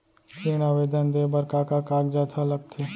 ऋण आवेदन दे बर का का कागजात ह लगथे?